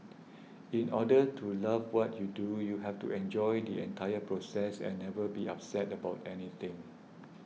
in order to love what you do you have to enjoy the entire process and never be upset about anything